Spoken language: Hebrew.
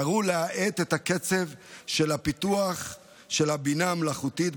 קראו להאט את הקצב הפיתוח של הבינה המלאכותית,